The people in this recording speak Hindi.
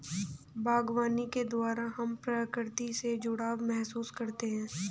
बागवानी के द्वारा हम प्रकृति से जुड़ाव महसूस करते हैं